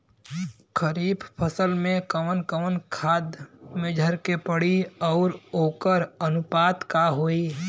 खरीफ फसल में कवन कवन खाद्य मेझर के पड़ी अउर वोकर अनुपात का होई?